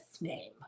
name